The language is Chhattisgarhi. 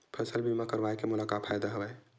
फसल बीमा करवाय के मोला का फ़ायदा हवय?